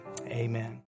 Amen